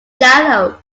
shallow